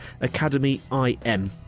academyim